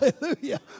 Hallelujah